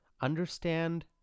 understand